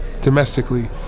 domestically